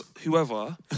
whoever